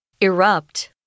erupt